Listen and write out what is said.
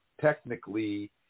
technically